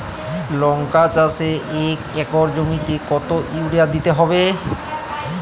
লংকা চাষে এক একর জমিতে কতো ইউরিয়া দিতে হবে?